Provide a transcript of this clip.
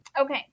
Okay